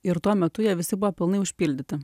ir tuo metu jie visi buvo pilnai užpildyti